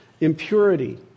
Impurity